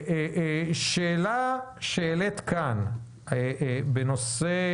השאלה שהעלית כאן בנושא